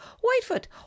Whitefoot